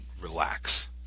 relax